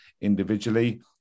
individually